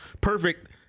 perfect